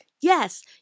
Yes